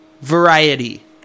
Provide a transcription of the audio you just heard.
variety